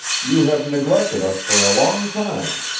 you have neglected us for a long time.